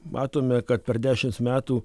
matome kad per dešimts metų